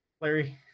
Larry